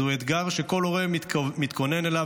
זהו אתגר שכל הורה מתכונן אליו,